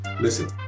Listen